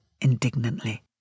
indignantly